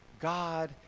God